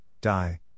die